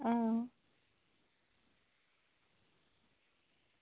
हां